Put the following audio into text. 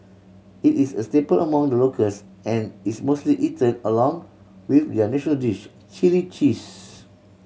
it is a staple among the locals and is mostly eaten along with their national dish chilli cheese